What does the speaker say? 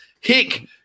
Hick